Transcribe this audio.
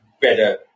better